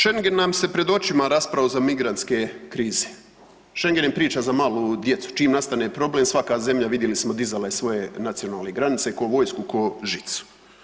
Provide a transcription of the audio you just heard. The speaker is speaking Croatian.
Šengen nam se pred očima raspao za migrantske krize, šengen je priča za malu djecu, čim nastane problem svaka zemlja, vidjeli smo, dizala je svoje nacionalne granice, ko vojsku, ko žicu.